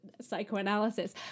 psychoanalysis